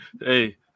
Hey